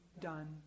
done